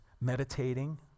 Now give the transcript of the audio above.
meditating